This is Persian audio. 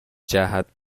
جهت